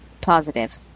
positive